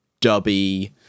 dubby